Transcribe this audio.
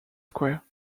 square